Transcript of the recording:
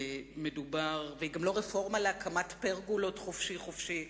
והיא גם לא רפורמה להקמת פרגולות חופשי-חופשי,